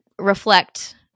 Reflect